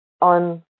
on